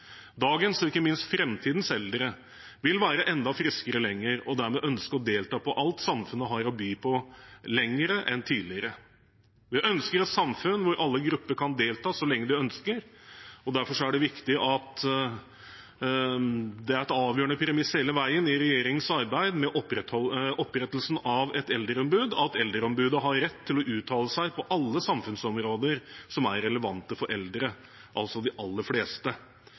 Dagens og ikke minst framtidens eldre vil være enda friskere lenger og dermed ønske å delta på alt samfunnet har å by på lenger enn tidligere. Vi ønsker et samfunn hvor alle grupper kan delta så lenge de ønsker, og derfor er det viktig at det er et avgjørende premiss hele veien i regjeringens arbeid med opprettelsen av et eldreombud, at Eldreombudet har rett til å uttale seg på alle samfunnsområder som er relevante for eldre, altså de aller fleste.